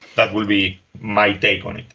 that will be my take on it.